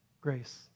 grace